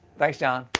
thanks, jon.